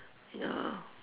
ya